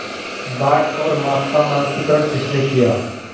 बाट और माप का मानकीकरण किसने किया?